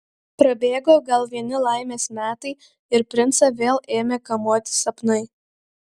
prabėgo gal vieni laimės metai ir princą vėl ėmė kamuoti sapnai